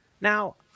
Now